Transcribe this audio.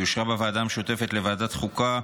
היא אושרה בוועדה המשותפת לוועדות החוקה,